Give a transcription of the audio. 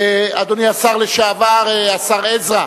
אדוני השר לשעבר השר עזרא,